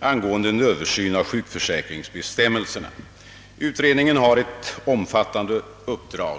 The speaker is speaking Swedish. angående en översyn av sjukförsäkringsbestämmelserna. Utredningen har ett omfattande uppdrag.